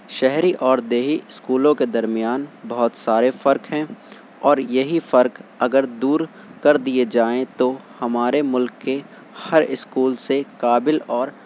شہری اور دیہی اسکولوں کے درمیان بہت سارے فرق ہیں اور یہی فرق اگر دور کر دیے جائیں تو ہمارے ملک کے ہر اسکول سے قابل اور